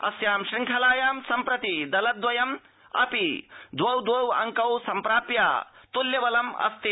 अस्यां शृंखलायां सम्प्रति दल द्वयम् अपि द्वौ द्वौ अंकौ सम्प्राप्य तुल्य बलम् अस्ति